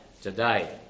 today